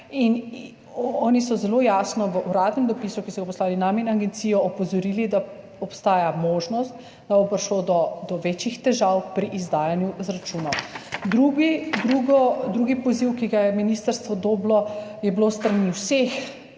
In oni so zelo jasno v uradnem dopisu, ki so ga poslali nam in agenciji, opozorili, da obstaja možnost, da bo prišlo do večjih težav pri izdajanju računov. Drugi poziv, ki ga je dobilo ministrstvo, je bil s strani vseh